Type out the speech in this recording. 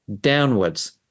downwards